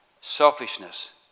selfishness